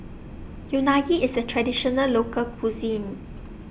Unagi IS A Traditional Local Cuisine